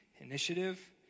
initiative